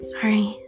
Sorry